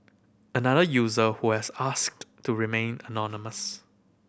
another user who has asked to remain anonymous